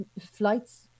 flights